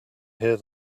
hear